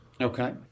Okay